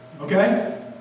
Okay